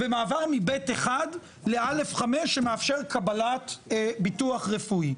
ומעבר מ-ב'1 ל-א'5 שמאפשר קבלה של ביטוח רפואי,